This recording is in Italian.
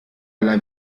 alla